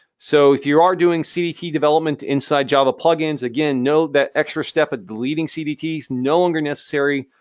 so, if you are doing cdt development inside java plugins, again, know that extra step of deleting cdts, no longer necessary.